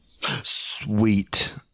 Sweet